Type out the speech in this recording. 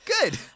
Good